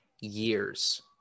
years